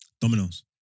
Domino's